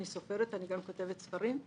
אני סופרת, אני גם כותבת ספרים,